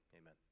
amen